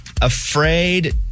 Afraid